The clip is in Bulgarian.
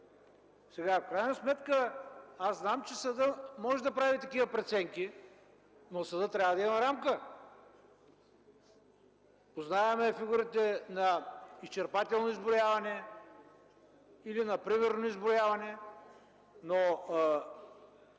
В крайна сметка знам, че съдът може да прави такива преценки, но съдът трябва да има рамка. Познаваме фигурите на изчерпателно изброяване или на примерно изброяване.